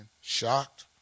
shocked